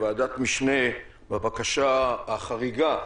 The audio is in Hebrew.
כוועדת משנה, בבקשה החריגה,